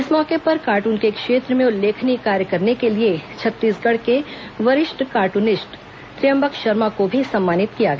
इस मौके पर कॉर्ट्न के क्षेत्र में उल्लेखनीय कार्य करने के लिए छत्तीसगढ़ के वरिष्ठ कॉर्टूनिस्ट त्रयम्बक शर्मा को भी सम्मानित किया गया